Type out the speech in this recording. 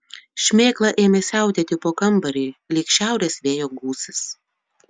šmėkla ėmė siautėti po kambarį lyg šiaurės vėjo gūsis